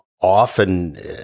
often